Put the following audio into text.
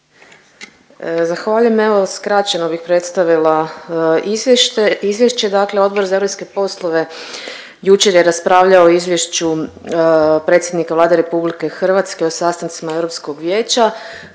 Zahvaljujem. Evo skraćeno bih predstavila izvješće. Dakle, Odbor za europske poslove jučer je raspravljao o Izvješću predsjednika Vlade RH o sastancima Europskog vijeća